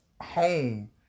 home